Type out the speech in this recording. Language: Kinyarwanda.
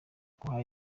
guha